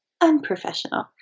unprofessional